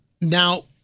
Now